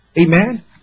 Amen